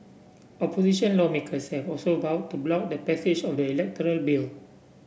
opposition lawmakers have also vowed to block the passage of the electoral bill